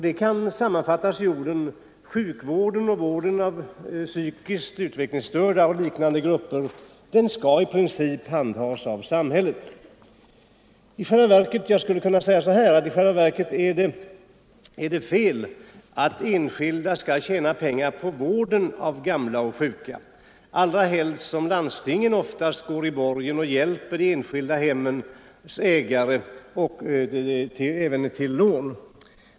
Den kan sammanfattas i orden: Sjukvården och vården av psykiskt utvecklingsstörda och liknande grupper skall i princip handhas av samhället. Jag skulle kunna säga på följande sätt: I själva verket är det fel att enskilda skall tjäna på vården av gamla och sjuka, allra helst som landstingen oftast går i borgen och hjälper de enskilda hemmens ägare till lån.